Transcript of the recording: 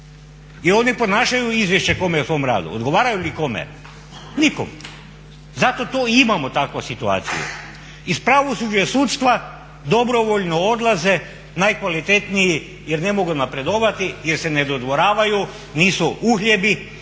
oni podnašaju izvješće kome o svomu radu? Odgovaraju li kome? Nikome! Zato to i imamo takve situacije. Iz pravosuđa i sudstva dobrovoljno odlaze najkvalitetniji jer ne mogu napredovati, jer se ne dodvoravaju, nisu uhljebi,